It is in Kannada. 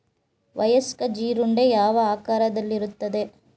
ವಯಸ್ಕ ಜೀರುಂಡೆ ಯಾವ ಆಕಾರದಲ್ಲಿರುತ್ತದೆ?